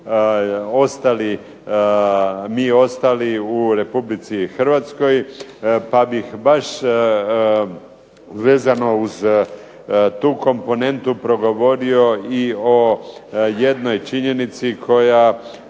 kao i mi ostali u RH. Pa bih baš vezano uz tu komponentu progovorio i o jednoj činjenici koju